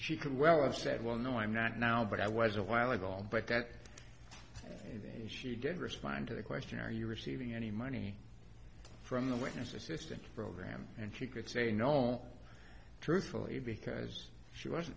she could well have said well no i'm not now but i was a while ago but that she did respond to the question are you receiving any money from the witness assistance program and she could say no truthfully because she was